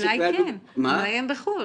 אולי כן, אולי הם בחו"ל.